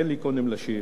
תן לי קודם להשיב,